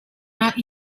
not